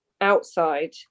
outside